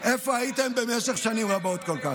איפה הייתם במשך שנים רבות כל כך,